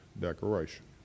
decoration